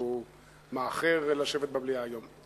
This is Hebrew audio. שהוא מאחר לשבת במליאה היום,